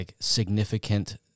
significant